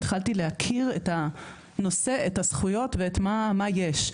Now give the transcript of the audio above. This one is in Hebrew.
התחלתי להכיר את הנושא, את הזכויות ומה יש.